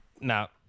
now